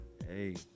Hey